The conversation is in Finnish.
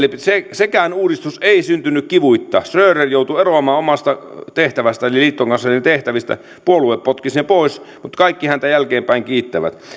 sekään uudistus ei syntynyt kivuitta schröder joutui eroamaan omasta tehtävästään eli liittokanslerin tehtävistä puolue potki hänet pois mutta kaikki häntä jälkeenpäin kiittävät